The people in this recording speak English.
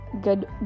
good